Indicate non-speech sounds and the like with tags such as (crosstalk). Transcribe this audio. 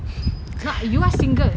(noise)